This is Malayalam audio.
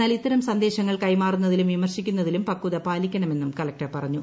എന്നാൽ ഇത്തരം സന്ദേശങ്ങൾ കൈമാറുന്നതിലും വിമർശിക്കുന്നതിലും പക്ഷത പാലിക്കണമെന്നും കലക്ടർ പറഞ്ഞു